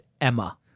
Emma